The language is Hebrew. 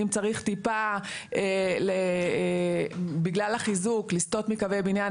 אם צריך טיפה בגלל החיזוק לסתות מקווי בניין,